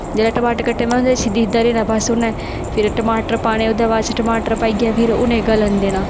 जेल्लै टमाटर कट्टे में उ'नें दिखदे रौह्ना बस फिर उन्नै टमाटर पाने ओह्दे बाद च टमाटर पाइयै फिर उ'नेंगी गलन देना